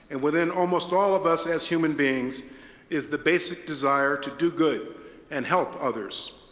and within almost all of us as human beings is the basic desire to do good and help others.